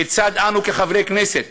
כיצד אנו, כחברי כנסת